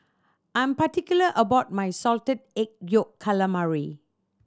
I'm particular about my Salted Egg Yolk Calamari